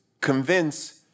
Convince